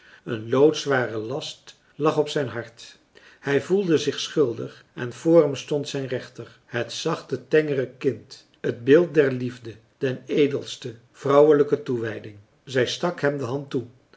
een loodzware last lag op zijn hart hij voelde zich schuldig en voor hem stond zijn rechter het zachte tengere kind het beeld der liefde den edelste vrouwelijke toewijding zij stak hem de hand toe